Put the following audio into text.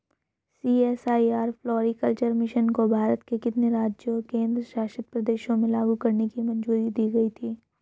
CSIR floriculture mission को भारत के कितने राज्यों और केंद्र शासित प्रदेशों में लागू करने की मंजूरी दी गई थी?